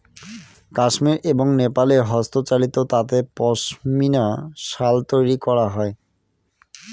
কাশ্মির এবং নেপালে হস্তচালিত তাঁতে পশমিনা শাল তৈরী করা হয়